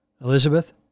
Elizabeth